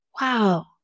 Wow